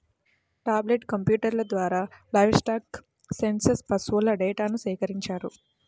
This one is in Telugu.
టాబ్లెట్ కంప్యూటర్ల ద్వారా లైవ్స్టాక్ సెన్సస్ పశువుల డేటాను సేకరించారు